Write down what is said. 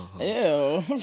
Ew